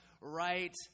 right